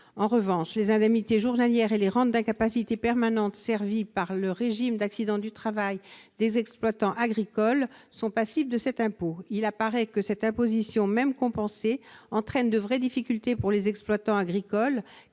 En revanche, les indemnités journalières et les rentes d'incapacité permanente servies par le régime d'accident du travail des exploitants agricoles sont passibles de cet impôt. Il apparaît que cette imposition, même compensée, entraîne de vraies difficultés pour les exploitants agricoles,